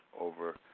over